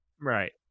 right